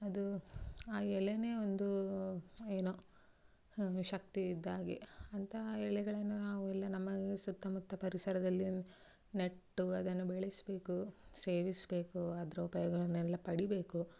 ಅದು ಆ ಎಲೆಯೇ ಒಂದು ಏನೋ ಶಕ್ತಿ ಇದ್ದಾಗೆ ಅಂತ ಎಲೆಗಳನ್ನ ನಾವೆಲ್ಲ ನಮ್ಮ ಸುತ್ತಮುತ್ತ ಪರಿಸರದಲ್ಲಿ ನೆಟ್ಟು ಅದನ್ನು ಬೆಳೆಸಬೇಕು ಸೇವಿಸಬೇಕು ಅದರ ಉಪಯೋಗಗಳನ್ನೆಲ್ಲ ಪಡಿಬೇಕು